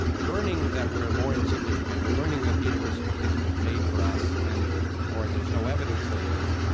learning that we're more insignificant or learning that the universe isn't made for us, and or there's no evidence that it is,